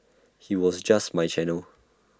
he was just my channel